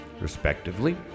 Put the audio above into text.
respectively